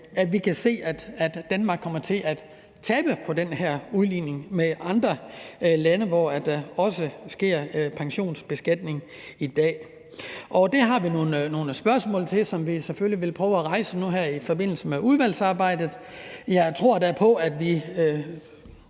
der vil betyde, at Danmark kommer til at tabe på den her udligning med andre lande, hvor man også har pensionsbeskatning i dag. Det har vi nogle spørgsmål til, som vi selvfølgelig vil prøve at rejse her i forbindelse med udvalgsarbejdet. Jeg tror da på, at vi